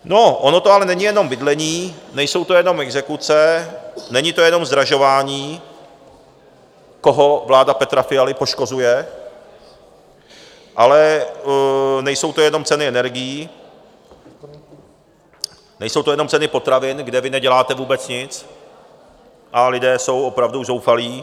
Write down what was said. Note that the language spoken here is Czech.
No ono to ale není jenom bydlení, nejsou to jenom exekuce, není to jenom zdražování, koho vlády Petra Fialy poškozuje, ale nejsou to jenom ceny energií, nejsou to jenom ceny potravin, kde vy neděláte vůbec nic, a lidé jsou opravdu zoufalí.